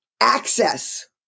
access